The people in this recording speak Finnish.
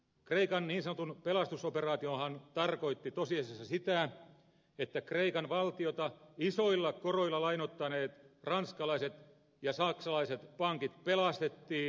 kreikan niin sanottu pelastusoperaatiohan tarkoitti tosiasiassa sitä että kreikan valtiota isoilla koroilla lainoittaneet ranskalaiset ja saksalaiset pankit pelastettiin